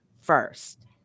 first